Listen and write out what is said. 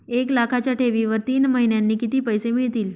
एक लाखाच्या ठेवीवर तीन महिन्यांनी किती पैसे मिळतील?